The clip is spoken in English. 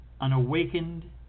unawakened